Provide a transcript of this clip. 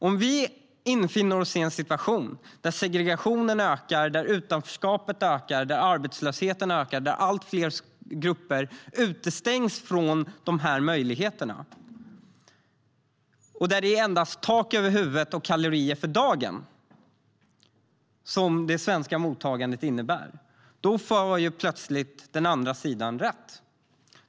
Om vi finner oss i en situation där segregationen ökar, där utanförskapet ökar, där arbetslösheten ökar, där allt fler grupper utestängs från de här möjligheterna och där det endast är tak över huvudet och kalorier för dagen som det svenska mottagandet innebär, då får helt plötsligt den andra sidan rätt.